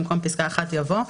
במקום פסקה (1) יבוא: